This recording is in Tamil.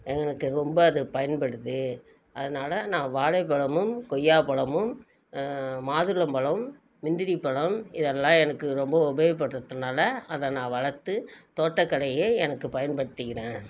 எனக்கு ரொம்ப அது பயன்படுது அதனால நான் வாழைப் பழமும் கொய்யாப் பழமும் மாதுளம் பழம் முந்திரி பழம் இதெல்லாம் எனக்கு ரொம்ப உபயோகப்படுகிறத்துனால அதை நான் வளர்த்து தோட்டக்கலையை எனக்கு பயன்படுத்திக்கிறேன்